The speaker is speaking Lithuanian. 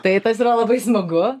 tai tas yra labai smagu